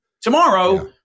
tomorrow